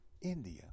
India